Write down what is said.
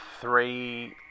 three